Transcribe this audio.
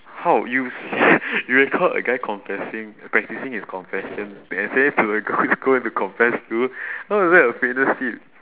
how you sia you record a guy confessing practicing his confession and send it to the girl that he's going to confess to how is that a fitness tip